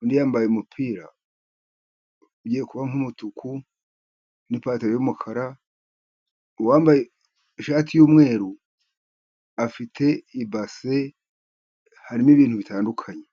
Undi yambaye umupira ugiye kuba nk'umutuku n'ipantaro y'umukara, uwambaye ishati y'umweru afite ibase harimo ibintu bitandukanye.